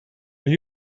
are